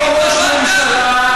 אותו ראש ממשלה,